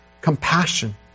compassion